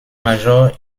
major